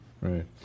Right